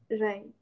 Right